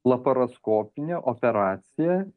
laparoskopinė operacija